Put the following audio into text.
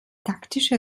taktische